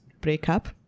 breakup